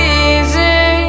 easy